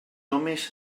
homes